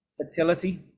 fertility